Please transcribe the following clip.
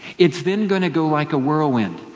it's then going to go like a whirlwind.